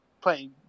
playing